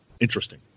Interesting